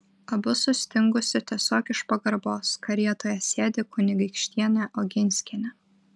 abu sustingusiu tiesiog iš pagarbos karietoje sėdi kunigaikštienė oginskienė